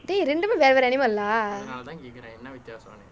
dey இரண்டுமே வெவ்வேறு:irandume veveru animal lah